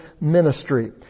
ministry